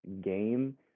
game